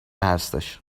هستش